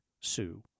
sue